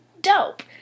dope